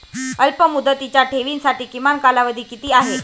अल्पमुदतीच्या ठेवींसाठी किमान कालावधी किती आहे?